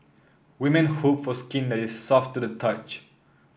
women hope for skin that is soft to the touch